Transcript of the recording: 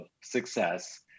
success